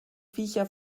viecher